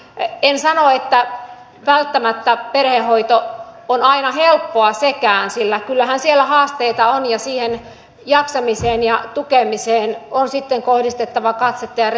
en sano että välttämättä perhehoito on aina helppoa sekään sillä kyllähän siellä haasteita on ja siihen jaksamiseen ja tukemiseen on sitten kohdistettava katsetta ja resurssia